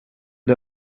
det